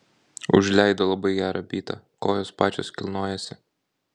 užleido labai gerą bytą kojos pačios kilnojasi